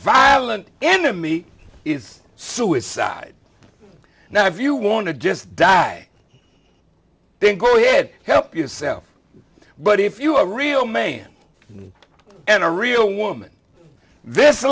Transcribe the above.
violent enemy is suicide now if you want to just die then go ahead help yourself but if you are a real man in a real woman this